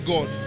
God